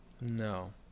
No